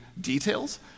details